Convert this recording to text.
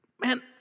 Man